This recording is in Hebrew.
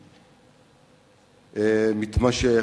מתמשך,